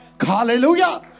Hallelujah